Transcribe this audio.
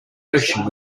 ocean